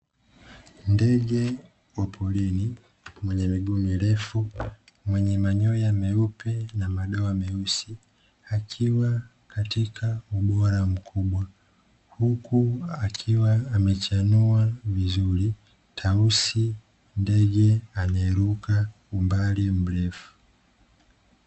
Ndege wa porini mwenye miguu mirefu, mwenye manyoya meupe na madoa meusi akiwa katika uduara mkubwa huku akiwa amechanua vizuri, tausi ndege anaeruka umbali mrefu.